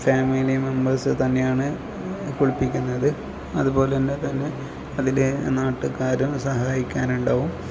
family members തന്നെയാണ് കുളുപ്പിക്കുന്നത് അതുപോലെ ഉണ്ട് തന്നെ അതിൽ നാട്ടുക്കാരും സഹായിക്കാനുണ്ടാവും